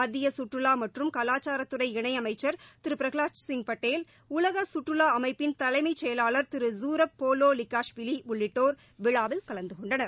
மத்திய கற்றுலா மற்றும் கலாச்சாரத்துறை இணையமைச்சர் திரு பிரகலாத் சிங் பட்டேல் உலக கற்றுலா அமைப்பின் தலைமை செயவாளர் திரு சூரப் பொலோலிகாஷ்விலி உள்ளிட்டோர் விழாவில் கலந்து கொண்டனர்